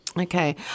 Okay